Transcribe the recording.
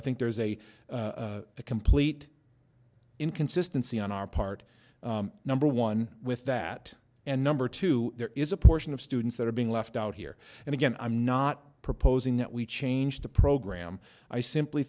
i think there's a complete inconsistency on our part number one with that and number two there is a portion of students that are being left out here and again i'm not proposing that we change the program i simply